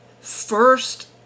first